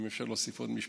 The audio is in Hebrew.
אם אפשר להוסיף עוד משפט,